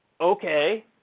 okay